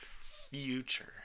Future